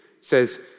says